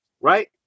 right